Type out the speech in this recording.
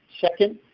second